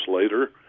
later